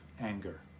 anger